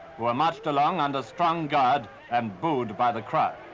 who are marched along under strong guard and booed by the crowd.